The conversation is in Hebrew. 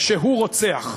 שהוא רוצח.